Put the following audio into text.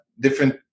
different